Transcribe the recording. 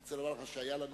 אני רוצה לומר לך שהיה לנו